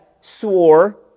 swore